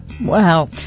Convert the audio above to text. Wow